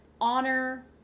honor